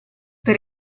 per